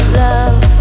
love